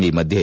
ಈ ಮಧ್ಯೆ